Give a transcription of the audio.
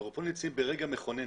אנחנו נמצאים כאן ברגע מכונן